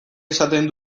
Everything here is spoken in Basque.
esaten